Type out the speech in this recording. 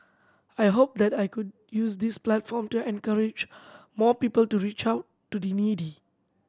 I hope that I could use this platform to encourage more people to reach out to the needy